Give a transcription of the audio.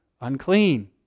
unclean